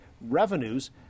revenues